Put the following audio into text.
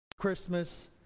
Christmas